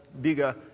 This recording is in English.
bigger